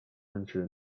泛指